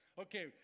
Okay